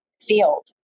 field